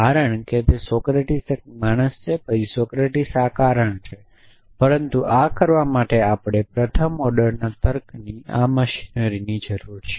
કારણ કે સોક્રેટી એક માણસ છે પછી સોક્રેટીસ આ કારણ છે પરંતુ આ કરવા માટે આપણને પ્રથમ ઓર્ડરના તર્કની આ મશીનરીની જરૂર છે